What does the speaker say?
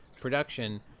production